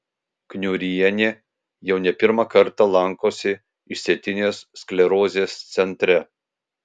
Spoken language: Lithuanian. kniurienė jau ne pirmą kartą lankosi išsėtinės sklerozės centre